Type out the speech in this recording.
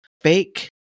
fake